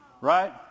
right